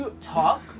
talk